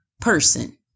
person